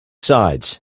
sides